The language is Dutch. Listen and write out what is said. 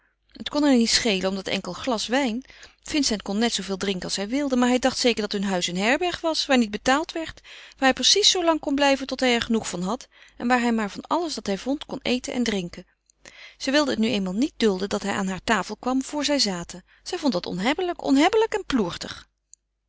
het kon haar niet schelen om dat enkele glas wijn vincent kon net zooveel drinken als hij wilde maar hij dacht zeker dat hun huis een herberg was waar niet betaald werd waar hij precies zoolang kon blijven tot hij er genoeg van had en waar hij maar van alles dat hij vond kon eten en drinken ze wilde het nu eenmaal niet dulden dat hij aan haar tafel kwam voor zij zaten zij vond dat onhebbelijk onhebbelijk en ploertig